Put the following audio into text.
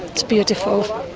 it's beautiful.